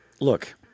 look